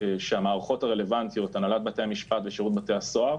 שהמערכות הרלוונטיות הנהלת בתי המשפט ושירות בתי הסוהר